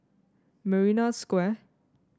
Marina Square